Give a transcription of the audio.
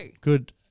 good